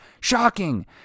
shocking